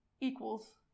equals